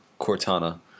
Cortana